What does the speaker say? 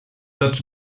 tots